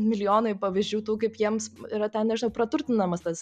milijonai pavyzdžių tų kaip jiems yra ten nežinau praturtinamas tas